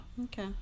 Okay